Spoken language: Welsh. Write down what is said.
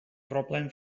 broblem